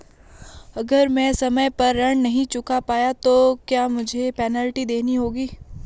अगर मैं समय पर ऋण नहीं चुका पाया तो क्या मुझे पेनल्टी देनी होगी?